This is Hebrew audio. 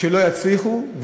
שלא יצליחו,